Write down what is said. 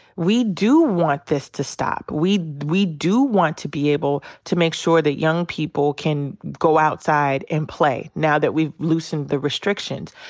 we do want this to stop. we we do want to be able to make sure that young people can go outside and play now that we've loosened the restrictions.